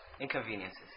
inconveniences